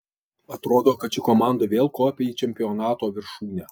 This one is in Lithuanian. atrodo kad ši komanda vėl kopia į čempionato viršūnę